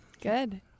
Good